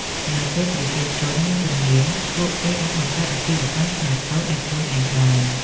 នៅពេលប្រជាជនមានជំនាញ ពួកគេអាចបង្កើតអាជីវកម្មខ្នាតតូចដោយខ្លួនឯងបាន។